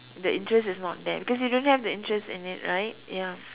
that interest is not there because you don't have the interest in it right ya